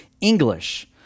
English